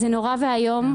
זה נורא ואיום.